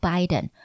Biden